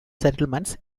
settlements